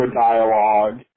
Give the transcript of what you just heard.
dialogue